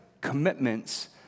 commitments